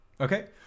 okay